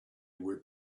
were